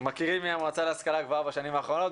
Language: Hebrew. מכירים מהמועצה להשכלה גבוהה בשנים האחרונות.